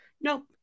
Nope